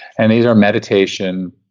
and these are meditation,